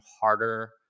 harder